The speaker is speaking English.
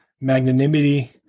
magnanimity